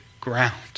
ground